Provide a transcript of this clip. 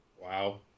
wow